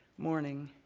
morning.